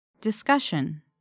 Discussion